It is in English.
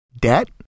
debt